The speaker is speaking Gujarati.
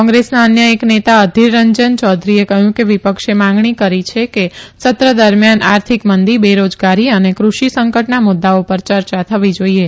કોંગ્રેસના એક અન્ય નેતા અધીર રંજન ચૌધરીએ કહયું કે વિપક્ષે માંગણી કરી કે સત્ર દરમિથાન આર્થિક મંદી બેરોજગારી અને દૃષિ સંકટના મુદ્દાઓ પર ચર્ચા થવી જોઇએ